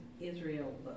Israel